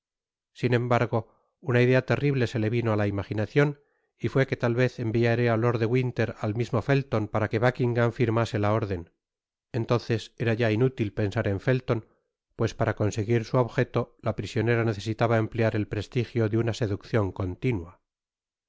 sin embargo una idea terrible se le vino á la imaginacion y fué que tal vez enviara lord de winter al mismo felton para que buckingam firmase la órden entonces era ya inútil pensar en felton pues para conseguir su objeto la prisionera necesitaba emplear el prestigio de una seducdon continua